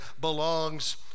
belongs